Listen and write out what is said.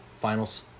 finals